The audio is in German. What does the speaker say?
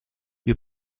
wir